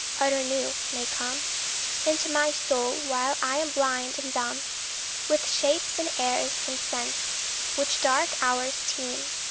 utter new, may come into my soul while i am blind and dumb with shapes and airs and scents which dark hours teem,